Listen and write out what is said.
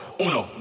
uno